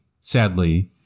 sadly